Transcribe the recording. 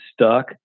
stuck